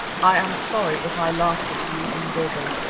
i am sorry if i laughed at you in durban.